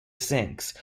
sinks